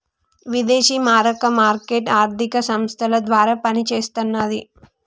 విదేశీ మారక మార్కెట్ ఆర్థిక సంస్థల ద్వారా పనిచేస్తన్నది